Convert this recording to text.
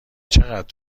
چقدر